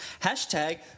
Hashtag